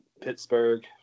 Pittsburgh